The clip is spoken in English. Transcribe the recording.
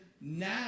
now